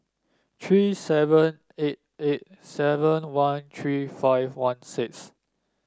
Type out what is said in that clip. three seven eight eight seven one three five one six